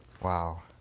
Wow